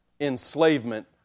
enslavement